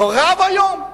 נורא ואיום.